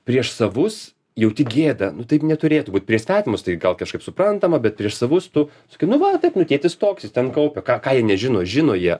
prieš savus jauti gėdą nu taip neturėtų būt prieš svetimus tai gal kažkaip suprantama bet prieš savus tu sakai nu va taip nu tėtis toks jis ten kaupia ką ką jie nežino žino jie